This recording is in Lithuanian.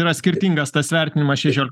yra skirtingas tas vertinimas šešiol